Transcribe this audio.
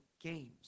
games